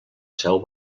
seu